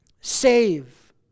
Save